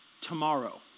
tomorrow